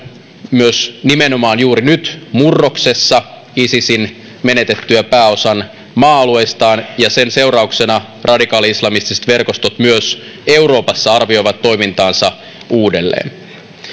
myös nimenomaan juuri nyt murroksessa isisin menetettyä pääosan maa alueistaan ja sen seurauksena radikaali islamistiset verkostot myös euroopassa arvioivat toimintaansa uudelleen